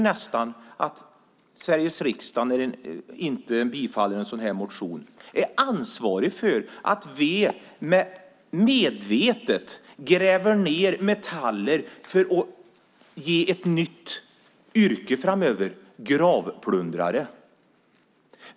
När Sveriges riksdag inte bifaller en sådan här motion tycker jag nästan att man är ansvarig för att medvetet gräva ned metaller och skapa ett nytt yrke framöver: gravplundrare.